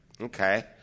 Okay